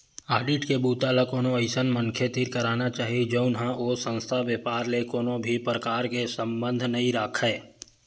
audit के बूता ल कोनो अइसन मनखे तीर कराना चाही जउन ह ओ संस्था, बेपार ले कोनो भी परकार के संबंध नइ राखय